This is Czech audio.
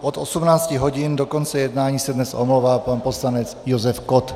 Od 18 hodin do konce jednání se dnes omlouvá pan poslanec Josef Kott.